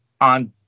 on